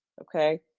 Okay